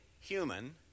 human